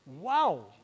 Wow